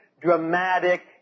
dramatic